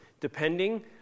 depending